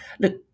look